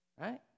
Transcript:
right